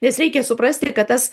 nes reikia suprasti kad tas